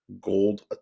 gold